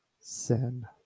sin